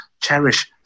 cherish